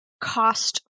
cost